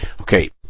Okay